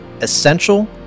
essential